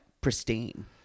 pristine